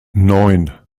neun